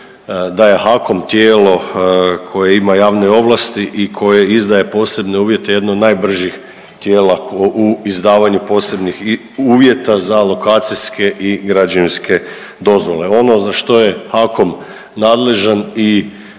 da je HAKOM tijelo koje ima javne ovlasti i koje izdaje posebne uvjete jedno od najbržih tijela u izdavanju posebnih uvjeta za lokacijske i građevinske dozvole. Ono za što je HAKOM nadležan i